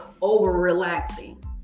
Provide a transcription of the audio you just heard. over-relaxing